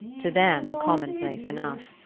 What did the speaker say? to them commonplace enough.